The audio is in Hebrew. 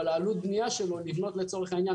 אבל עלות הבנייה כשבנייה של מטר לצורך העניין